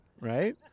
right